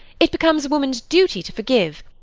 it becomes a woman's duty to forgive,